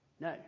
No